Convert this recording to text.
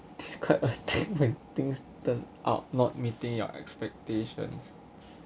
describe a thing when things turn out not meeting your expectations